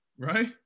right